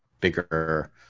bigger